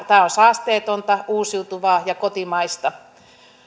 tämä on saasteetonta uusiutuvaa ja kotimaista